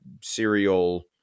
serial